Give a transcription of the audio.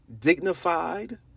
dignified